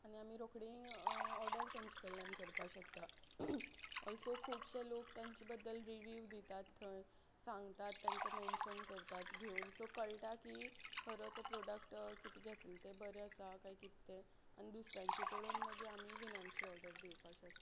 आनी आमी रोखडी ऑर्डर तेंचे कडल्यान करपा शकता ऑल्सो खुबशे लोक तेंचे बद्दल रिव्यू दितात थंय सांगतात तेंका मेन्शन करतात घेवन सो कळटा की खरो तो प्रोडक्ट कितें घेतले ते बरें आसा कांय कितें आनी दुसऱ्यांचे पळोवन मागीर आमी बीन आमची ऑर्डर दिवपा शकतात